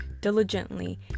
diligently